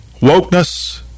wokeness